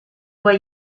way